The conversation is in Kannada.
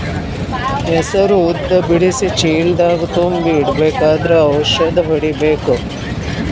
ಹೆಸರು ಉದ್ದ ಬಿಡಿಸಿ ಚೀಲ ದಾಗ್ ತುಂಬಿ ಇಡ್ಬೇಕಾದ್ರ ಔಷದ ಹೊಡಿಬೇಕ?